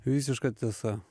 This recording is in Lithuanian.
visiška tiesa